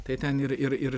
tai ten ir ir ir